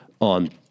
on